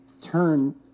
turn